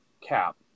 Cap